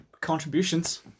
Contributions